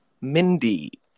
Mindy